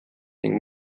ning